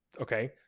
Okay